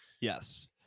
Yes